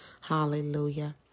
Hallelujah